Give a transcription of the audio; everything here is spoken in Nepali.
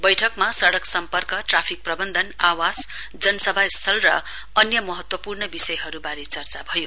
बैठकमा सड़क सम्पर्कट्राफिक प्रबन्धनआवास जनसभा स्थल र अन्य महत्व पूर्ण विषयहरुवारे चर्चा भयो